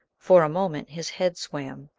for a moment his head swam,